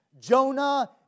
Jonah